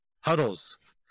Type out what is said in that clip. huddles